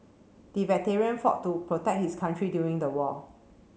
the veteran fought to protect his country during the war